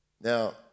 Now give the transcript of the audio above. now